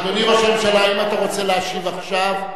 אדוני ראש הממשלה, האם אתה רוצה להשיב עכשיו?